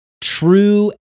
True